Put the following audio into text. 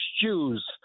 Jews